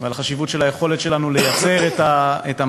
ועל חשיבות היכולת שלנו לייצר את המזון.